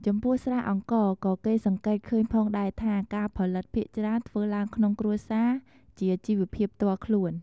ចំពោះស្រាអង្ករ ក៏គេសង្កេតឃើញផងដែរថា ការផលិតភាគច្រើនធ្វើឡើងក្នុងគ្រួសារ ជាជីវភាពផ្ទាល់ខ្លួន។